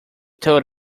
told